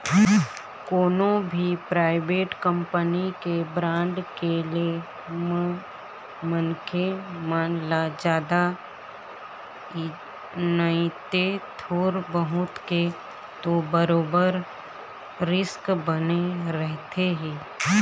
कोनो भी private company के बांड के ले म मनखे मन ल जादा नइते थोर बहुत के तो बरोबर रिस्क बने रहिथे ही